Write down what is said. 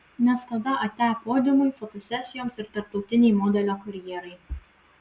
nes tada atia podiumui fotosesijoms ir tarptautinei modelio karjerai